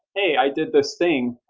hey, i did this thing.